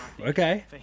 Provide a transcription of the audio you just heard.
okay